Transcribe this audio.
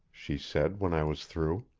she said when i was through.